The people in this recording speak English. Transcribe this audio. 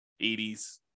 80s